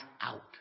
out